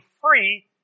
free